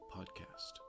Podcast